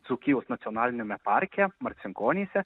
dzūkijos nacionaliniame parke marcinkonyse